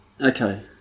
Okay